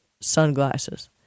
sunglasses